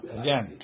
again